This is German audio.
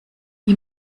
wie